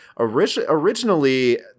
Originally